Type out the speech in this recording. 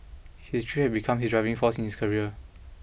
his grief had become his driving force in his career